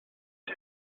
chi